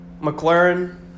McLaren